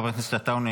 חבר הכנסת עטאונה,